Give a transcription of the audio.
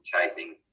chasing